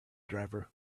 driver